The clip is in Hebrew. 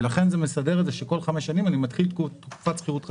לכן זה מסדר את זה שכל 5 שנים אני מתחיל תקופת שכירות חדשה.